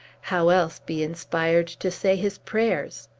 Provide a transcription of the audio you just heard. how else be inspired to say his prayers?